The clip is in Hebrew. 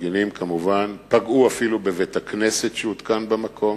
פגעו אפילו בבית-הכנסת שהותקן במקום.